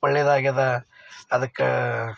ಒಳ್ಳೆದಾಗ್ಯದ ಅದ್ಕೆ